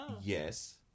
Yes